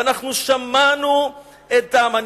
ואנחנו שמענו אותם,